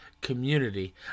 community